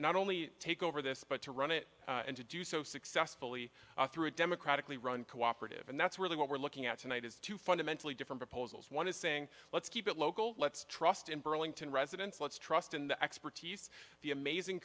not only take over this but to run it and to do so successfully through a democratically run cooperative and that's really what we're looking at tonight is two fundamentally different proposals one is saying let's keep it local let's trust in burlington residents let's trust in the expertise the amazing